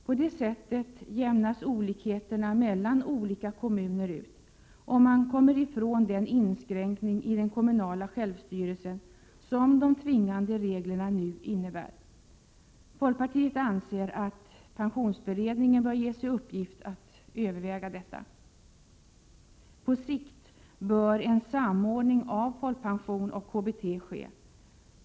På det sättet utjämnas olikheterna mellan olika kommuner, och man kommer ifrån den inskränkning i den kommunala självstyrelsen som de tvingande reglerna nu innebär. Folkpartiet anser att pensionsberedningen bör ges i uppgift att överväga detta. På sikt bör en samordning av folkpension och KBT ske.